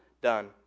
done